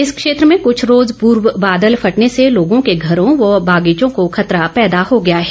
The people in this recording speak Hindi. इस क्षेत्र में कृछ रोज पूर्व बादल फटने से लोगों के घरों व बागीचों को खतरा पैदा हो गया है